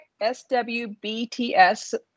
SWBTS